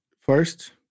first